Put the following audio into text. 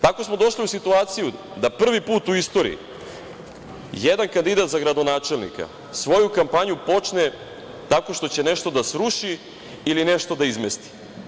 Tako smo došli u situaciju da prvi put u istoriji jedan kandidat za gradonačelnika svoju kampanju počne tako što će nešto da sruši ili nešto da izmesti.